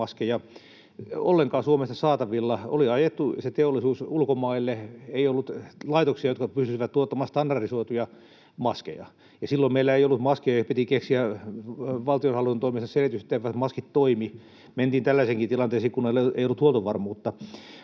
ollenkaan Suomessa saatavilla. Oli ajettu se teollisuus ulkomaille. Ei ollut laitoksia, jotka pystyisivät tuottamaan standardisoituja maskeja. Silloin meillä ei ollut maskeja ja piti keksiä valtionhallinnon toimesta selitykset, etteivät maskit toimi. Mentiin tällaiseenkin tilanteeseen, kun ei ollut huoltovarmuutta.